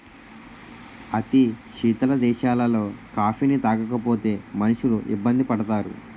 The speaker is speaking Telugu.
అతి శీతల దేశాలలో కాఫీని తాగకపోతే మనుషులు ఇబ్బంది పడతారు